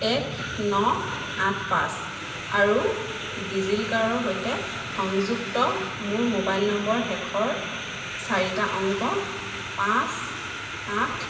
এক ন আঠ পাঁচ আৰু ডিজি লকাৰৰ সৈতে সংযুক্ত মোৰ মোবাইল নম্বৰৰ শেষৰ চাৰিটা অংক পাঁচ আঠ